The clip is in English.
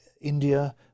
India